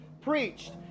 preached